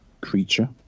creature